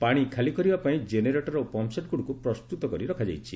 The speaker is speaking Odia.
ପାଣି ଖାଲି କରିବା ପାଇଁ ଜେନେରେଟର ଓ ପମ୍ପସେଟ୍ଗୁଡ଼ିକ ପ୍ରସ୍ତୁତ କରି ରଖାଯାଇଛି